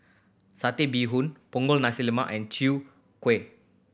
Satay Bee Hoon Punggol Nasi Lemak and Chwee Kueh